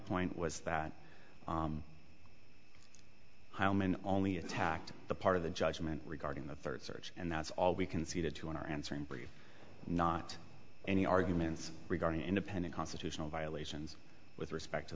point was that holman only attacked the part of the judgment regarding the third search and that's all we conceded to in our answer in brief not any arguments regarding independent constitutional violations with respect to